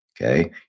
Okay